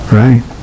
right